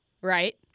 Right